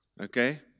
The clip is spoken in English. Okay